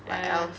what else